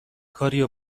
کاریو